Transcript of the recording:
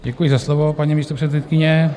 Děkuji za slovo, paní místopředsedkyně.